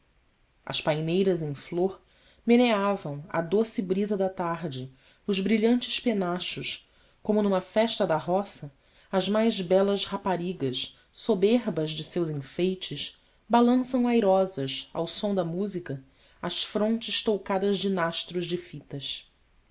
as paineiras em flor meneavam à doce brisa da tarde os brilhantes penachos como numa festa da roça as mais belas raparigas soberbas de seus enfeites balançam airosas ao som da música as frontes toucadas de nastros sic de fitas